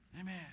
Amen